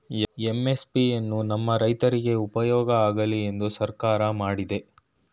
MSP ಎನ್ನು ನಮ್ ರೈತ್ರುಗ್ ಉಪ್ಯೋಗ ಆಗ್ಲಿ ಅಂತ ಸರ್ಕಾರ ಮಾಡಿದೆ